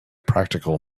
practical